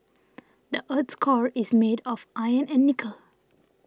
the earth's core is made of iron and nickel